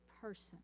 person